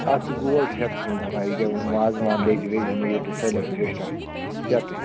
اَتھ چھِ گول ٹھیکَس منٛز گژھان یہِ کیٛاہ وازٕوان لیٚجہٕ ویٚجہٕ نِیِو تُہۍ سٲلِم سِسٹَم سیٹٕے